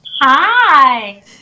hi